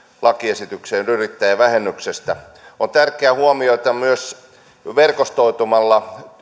lakiesitykseen yrittäjävähennyksestä on tärkeä huomio että myös verkostoitumalla